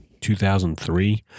2003